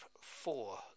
four